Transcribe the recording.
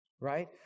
Right